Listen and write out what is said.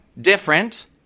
different